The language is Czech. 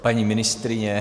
Paní ministryně?